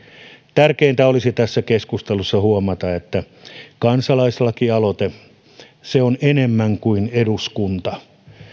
tärkeintä olisi tässä keskustelussa huomata että kansalaislakialoite on enemmän kuin eduskunta